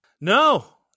No